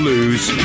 Lose